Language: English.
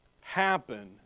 happen